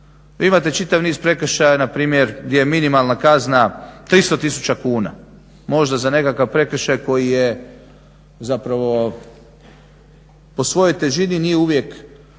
imate čitav niz prekršaja na primjer gdje je minimalna kazna 300 tisuća kuna. Možda za nekakav prekršaj koji je zapravo po svojoj težini nije uvijek,